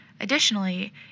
Additionally